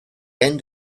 end